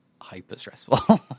hyper-stressful